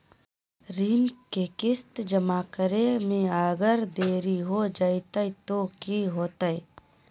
ऋण के किस्त जमा करे में अगर देरी हो जैतै तो कि होतैय?